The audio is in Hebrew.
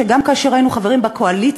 שגם כאשר היינו חברים בקואליציה,